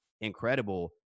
incredible